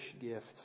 gifts